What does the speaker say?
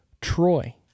Troy